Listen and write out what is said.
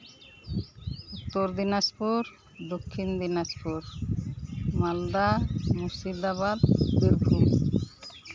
ᱩᱛᱛᱚᱨ ᱫᱤᱱᱟᱡᱽᱯᱩᱨ ᱫᱚᱠᱠᱷᱤᱱ ᱫᱤᱱᱟᱡᱽᱯᱩᱨ ᱢᱟᱞᱫᱟ ᱢᱩᱨᱥᱤᱫᱟᱵᱟᱫ ᱵᱤᱨᱵᱷᱩᱢ